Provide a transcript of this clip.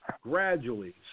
gradually